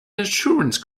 insurance